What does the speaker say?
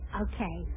okay